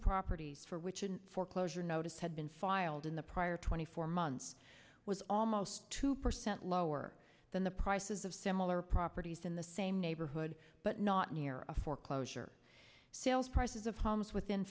properties for which a foreclosure notice had been filed in the prior twenty four months was almost two percent lower than the prices of similar properties in the same neighborhood but not near a foreclosure sales prices of homes within